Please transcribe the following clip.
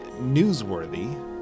newsworthy